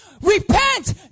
Repent